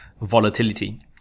volatility